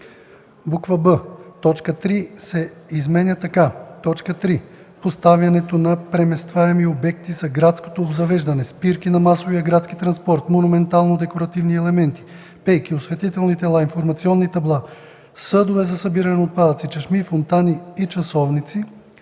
6 м;” б) точка 3 се изменя така: „3. поставянето на преместваеми обекти на градското обзавеждане – спирки на масовия градски транспорт, монументално-декоративни елементи, пейки, осветителни тела, информационни табла, съдове за събиране на отпадъци, чешми, фонтани и часовници;”